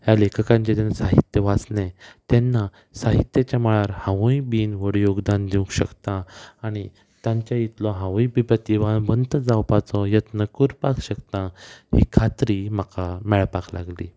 ह्या लेखकांचे जेन्ना साहित्य वाचलें तेन्ना साहित्याच्या मळार हांवूंय बीन व्हड योगदान दिवंक शकता आनी तांच्या इतलो हांवूंय बीन प्रतिभावंत जावपाचो यत्न करपाक शकता ही खात्री म्हाका मेळपाक लागली